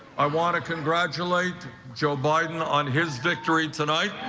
i want to congratulate joe barton on his victory tonight.